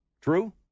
True